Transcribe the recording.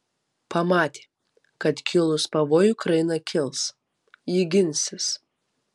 pamatė kad kilus pavojui ukraina kils ji ginsis